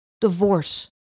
divorce